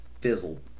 fizzled